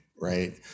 right